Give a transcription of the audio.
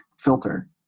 filter